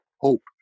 hope